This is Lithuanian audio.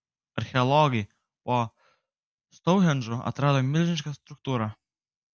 archeologai po stounhendžu atrado milžinišką struktūrą